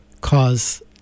cause